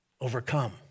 overcome